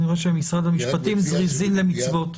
אני רואה שמשרד המשפטים זריזין למצוות.